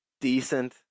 decent